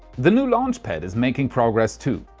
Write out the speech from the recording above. the new launch pad is making progress too.